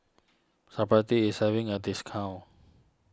Supravit is having a discount